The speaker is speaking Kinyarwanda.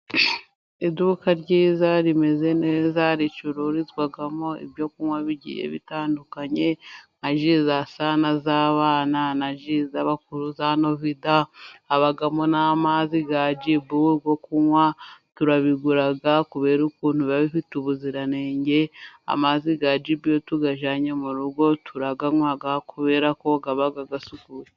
Iduka ryiza rimeze neza, ricururizwamo ibyo kunywa bigiye bitandukanye, nka ji za sana z'abana, na ji z'abakuru, za novida, habamo n'amazi ya jibu yo kunywa, turabigura kubera ukuntu biba bifite ubuziranenge, amazi ya jibu iyo tuyajyanye mu rugo turayanywa kubera ko aba asukuye.